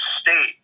state